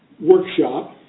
workshop